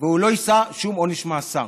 והוא לא יישא בשום עונש מאסר.